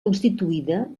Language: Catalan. constituïda